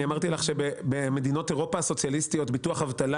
אני אמרתי לך שבמדינות אירופה הסוציאליסטיות ניתן